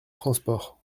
transport